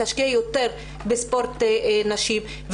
להשקיע יותר בספורט נשים.